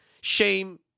shame